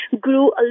grew